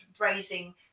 raising